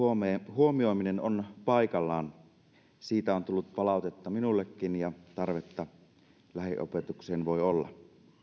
huomioiminen on paikallaan siitä on tullut palautetta minullekin ja tarvetta lähiopetukseen voi olla